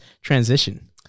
transition